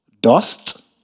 dust